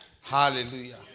Hallelujah